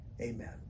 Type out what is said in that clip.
Amen